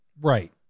Right